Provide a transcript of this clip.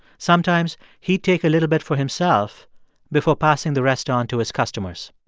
sometimes he'd take a little bit for himself before passing the rest on to his customers